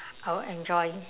I would enjoy